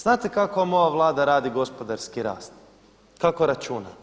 Znate kako vam ova Vlada radi gospodarski rast, kako računa.